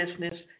business